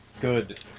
good